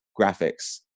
graphics